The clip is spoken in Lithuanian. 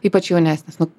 ypač jaunesnis nu